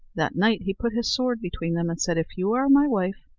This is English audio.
that night he put his sword between them, and said if you are my wife,